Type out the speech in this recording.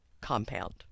compound